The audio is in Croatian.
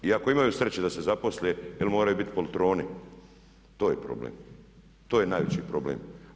I ako imaju sreće da se zaposle ili moraju bit poltroni, to je problem, to je najveći problem.